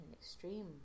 extreme